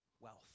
wealth